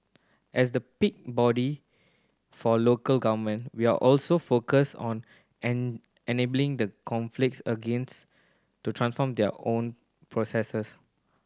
as the peak body for local government we're also focused on an enabling the conflict against to transform their own processes